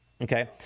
okay